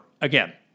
again